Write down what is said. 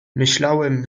myślałem